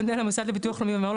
פונה למוסד לביטוח לאומי ואומר לו,